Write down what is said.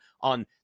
On